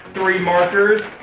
three markers.